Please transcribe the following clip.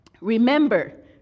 Remember